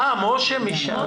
אה, משה מש"ס.